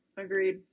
agreed